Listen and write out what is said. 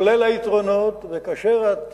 כולל היתרונות, וכאשר את